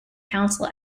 council